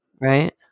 right